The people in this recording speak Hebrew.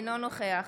אינו נוכח